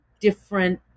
different